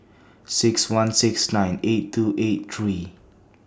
six one six nine eight two eight three